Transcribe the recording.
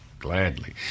Gladly